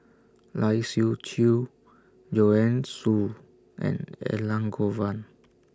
Lai Siu Chiu Joanne Soo and Elangovan